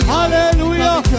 Hallelujah